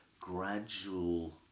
gradual